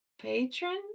patron